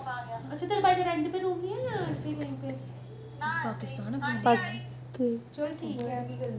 पाकि